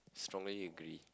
strongly agree